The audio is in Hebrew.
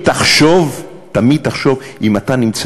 כדי להנציח את הכיבוש ולפגוע בעם אחר.